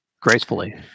gracefully